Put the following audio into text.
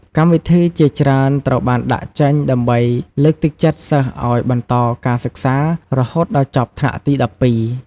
កម្មវិធីជាច្រើនត្រូវបានដាក់ចេញដើម្បីលើកទឹកចិត្តសិស្សឱ្យបន្តការសិក្សា រហូតដល់ចប់ថ្នាក់ទី១២។